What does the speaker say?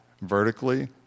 vertically